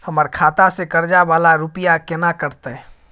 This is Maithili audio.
हमर खाता से कर्जा वाला रुपिया केना कटते?